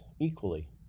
equally